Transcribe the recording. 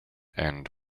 and